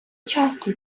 часто